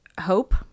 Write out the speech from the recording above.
hope